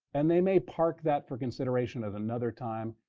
and they may park that for consideration of another time.